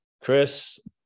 Chris